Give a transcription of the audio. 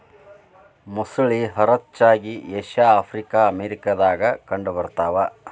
ಮೊಸಳಿ ಹರಚ್ಚಾಗಿ Asia Africa America ದಾಗ ಕಂಡ ಬರತಾವ